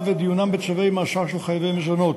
ודיונים בצווי מאסר של חייבי מזונות.